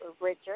Richard